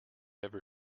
ever